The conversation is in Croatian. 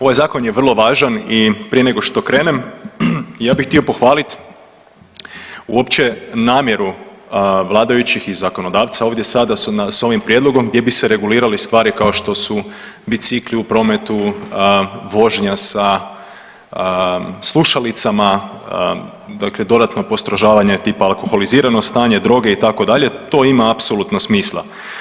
Ovaj Zakon je vrlo važan i prije nego što krenem, ja bih htio pohvaliti uopće namjeru vladajućih i zakonodavca ovdje sada da su s ovim prijedlogom gdje bi se regulirali stvari kao što su bicikli u prometu, vožnja sa slušalicama, dakle dodatno postrožavanje, tipa alkoholizirano stanje, droge, itd., to ima apsolutno smisla.